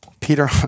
Peter